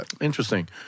Interesting